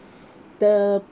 the